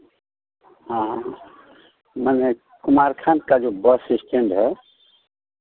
हाँ मने कुमारखंड का जो बस स्टैंड है